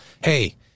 hey